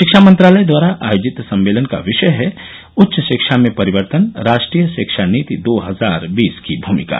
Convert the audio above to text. शिक्षा मंत्रालय द्वारा आयोजित सम्मेलन का विषय है उच्च शिक्षा में परिवर्तन राष्ट्रीय शिक्षा नीति दो हजार बीस की भूमिका